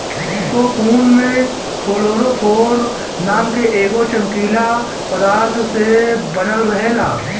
cocoon में fluorophore नाम के एगो चमकीला पदार्थ से बनल रहेला